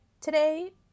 today